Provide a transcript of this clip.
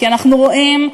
כי אנחנו רואים,